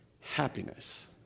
happiness